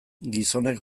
gizonek